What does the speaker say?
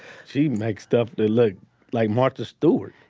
she makes stuff that look like martha stewart.